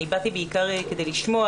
אני באתי בעיקר כדי לשמוע,